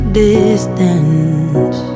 distance